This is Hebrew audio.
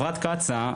חברת קצא"א